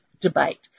debate